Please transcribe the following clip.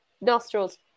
nostrils